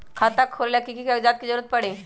खाता खोले ला कि कि कागजात के जरूरत परी?